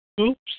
Oops